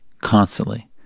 constantly